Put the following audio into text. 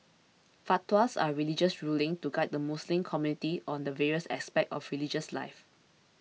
fatwas are religious rulings to guide the Muslim community on the various aspects of religious life